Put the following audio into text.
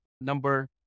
number